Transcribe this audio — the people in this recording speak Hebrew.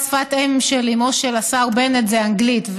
שפת האם של אימו של השר בנט היא אנגלית,